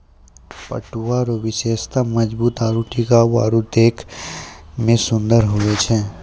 पटुआ रो विशेषता मजबूत आरू टिकाउ आरु देखै मे सुन्दर होय छै